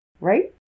right